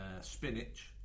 Spinach